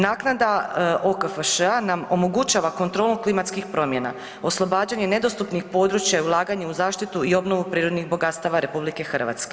Naknada OKFŠ-a nam omogućava kontrolom klimatskim promjena, oslobađanje nedostupnih područja i ulaganje u zaštiti i obnovu prirodnih bogatstava RH.